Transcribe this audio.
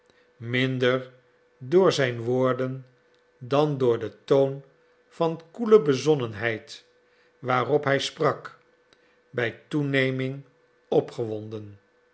minder door zijn woorden dan door den toon van koele bezonnenheid waarop hij sprak bij toeneming opgewonden